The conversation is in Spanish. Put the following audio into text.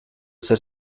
ser